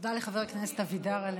תודה לחבר הכנסת אבידר על